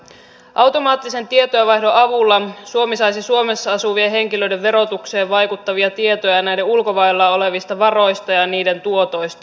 automaattisen tietojenvaihdon avulla suomi saisi suomessa asuvien henkilöiden verotukseen vaikuttavia tietoja näiden ulkomailla olevista varoista ja niiden tuotoista